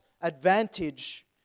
advantage